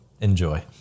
Enjoy